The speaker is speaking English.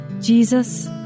Jesus